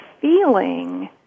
feeling